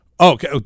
Okay